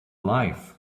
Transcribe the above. life